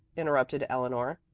interrupted eleanor.